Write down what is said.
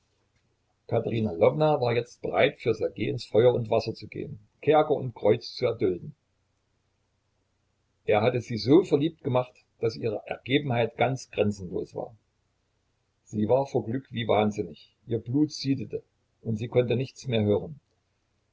lwowna war jetzt bereit für ssergej ins feuer und wasser zu gehen kerker und kreuz zu erdulden er hatte sie so verliebt gemacht daß ihre ergebenheit ganz grenzenlos war sie war vor glück wie wahnsinnig ihr blut siedete und sie konnte nichts mehr hören